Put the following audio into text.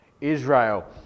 Israel